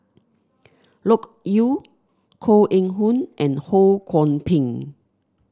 Loke Yew Koh Eng Hoon and Ho Kwon Ping